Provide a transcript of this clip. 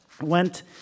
went